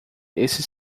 esses